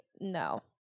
no